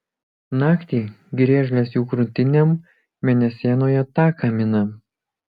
naktį griežlės jų krūtinėm mėnesienoje taką mina